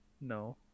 No